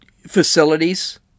facilities